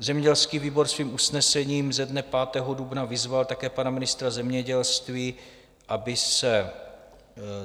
Zemědělský výbor svým usnesením ze dne 5. dubna vyzval také pana ministra zemědělství, aby se